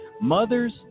Mothers